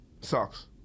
Sucks